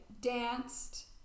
danced